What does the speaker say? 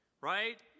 right